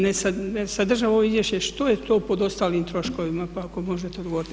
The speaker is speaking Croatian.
Ne sadržava ovo izvješće što je to pod ostalim troškovima, pa ako možete odgovoriti?